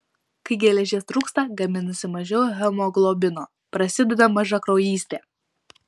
kai geležies trūksta gaminasi mažiau hemoglobino prasideda mažakraujystė